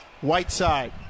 whiteside